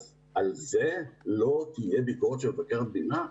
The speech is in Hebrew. אז על זה לא תהיה ביקורת של מבקר המדינה?